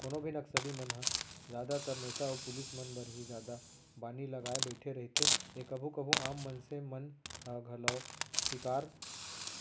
कोनो भी नक्सली मन ह जादातर नेता अउ पुलिस मन बर ही जादा बानी लगाय बइठे रहिथे ए कभू कभू आम मनसे मन ह घलौ सिकार